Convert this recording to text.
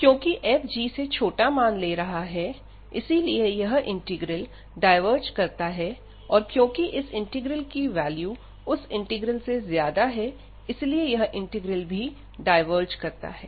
क्योंकि f g से छोटा मान ले रहा है इसलिए यह इंटीग्रल डायवर्ज करता है और क्योंकि इस इंटीग्रल की वैल्यू उस इंटीग्रल से ज्यादा है इसलिए यह इंटीग्रल भी डायवर्ज करता है